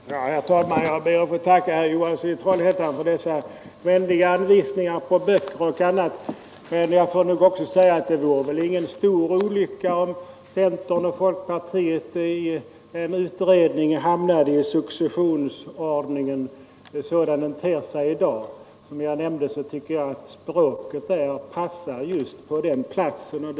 Tisdagen den Herr talman! Jag ber att få tacka herr Johansson i Trollhättan för 5 juni 1973 hans vänliga anvisningar på böcker och annat. Men jag vill också säga att 9 det väl inte vore någon stor olycka om centern och folkpartiet genom en utredning skulle komma fram till att ansluta sig till successionsordningen sådan den ter sig i dag. Som jag nämnde tycker jag att dess språk är mycket passande just i det sammanhanget.